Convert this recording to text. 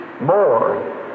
more